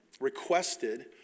Requested